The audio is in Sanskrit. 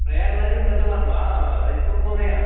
प्रयागराजं गतवान् वा रजपुत्महोदयः